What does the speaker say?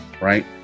right